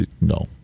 No